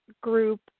group